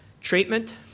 Treatment